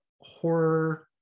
horror